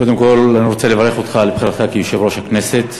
קודם כול אני רוצה לברך אותך על בחירתך ליושב-ראש הכנסת.